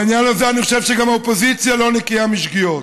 בעניין הזה אני חושב שגם האופוזיציה לא נקייה משגיאות.